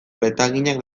letaginak